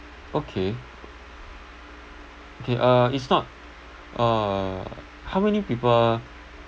okay okay uh it's not uh how many people